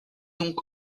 donc